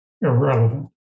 irrelevant